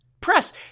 Press